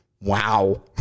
wow